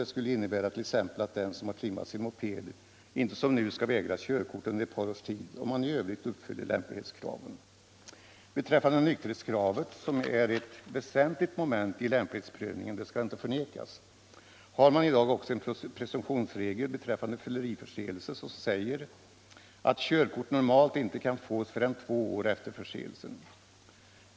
Det skulle innebära att den som trimmat sin moped inte som nu skall vägras körkort under ett par års tid om han i övrigt uppfyller lämplighetskraven. Beträffande nykterhetskravet — som är ett väsentligt moment i lämplighetsprövningen, det skall inte förnekas — har man i dag också en presumtionsregel beträffande fylleriförseelse som säger att körkort normalt inte kan fås förrän två år efter förseelsen.